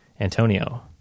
Antonio